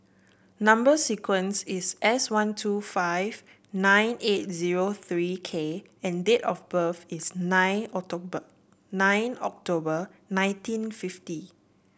number sequence is S one two five nine eight zero three K and date of birth is nine October nine October nineteen fifty